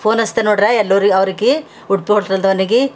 phone ಹಚ್ತೆ ನೋಡ್ರ್ಯ ಎಲ್ಲರಿ ಅವ್ರಿಗೆ ಉಡುಪಿ ಹೋಟಲ್ದವ್ನಿಗಿ